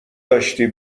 داشتی